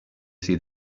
see